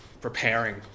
preparing